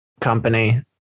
company